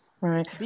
Right